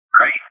right